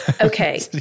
Okay